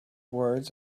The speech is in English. words